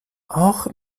auch